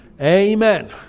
Amen